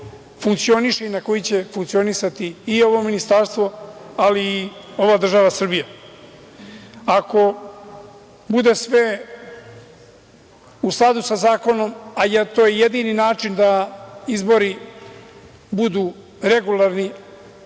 funkcioniše i na koji će funkcionisati i ovo ministarstvo, ali i ova država Srbija. Ako bude sve u skladu sa zakonom, a to je jedini način da izbori budu regularni,